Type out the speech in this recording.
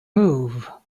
move